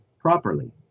properly